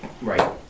right